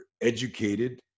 educated